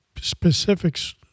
specifics